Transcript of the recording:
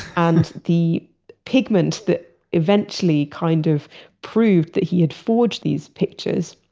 and the pigment that eventually kind of proved that he had forged these pictures,